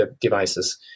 devices